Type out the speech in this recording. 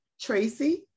Tracy